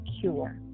cure